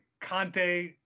Conte